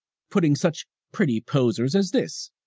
putting such pretty posers as this.